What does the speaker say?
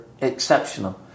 exceptional